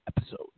episode